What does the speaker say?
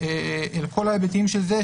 אל כל ההיבטים של זה,